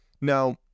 now